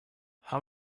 how